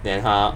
then 他